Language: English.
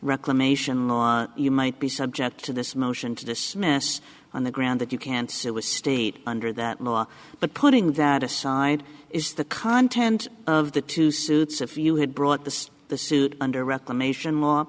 reclamation you might be subject to this motion to dismiss on the ground that you can't sue a state under that law but putting that aside is the content of the two suits if you had brought the the suit under reclamation law